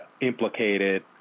implicated